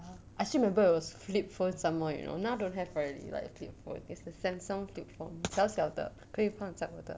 ah I still remember it was a flip phone some more you know now don't have already right flip phone it's a Samsung flip phone 小小的可以放在的